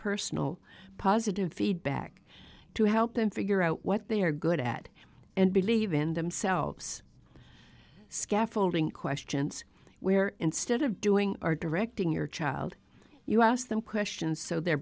personal positive feedback to help them figure out what they are good at and believe in themselves scaffolding questions where instead of doing or directing your child you ask them questions so their